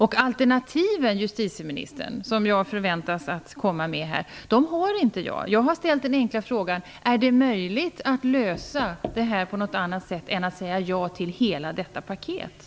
Jag förväntas att komma med alternativ, men jag har inte några alternativ. Jag har bara ställt den enkla frågan: Är det möjligt att lösa detta på ett annat sätt än att säga ja till hela paketet?